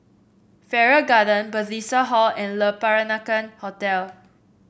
Farrer Garden Bethesda Hall and Le Peranakan Hotel